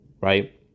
right